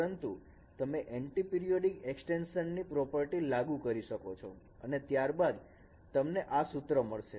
પરંતુ તમે antiperiodic extension ની પ્રોપર્ટી લાગુ કરી શકો છો અને ત્યારબાદ તમને આ સૂત્ર મળશે